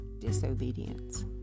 disobedience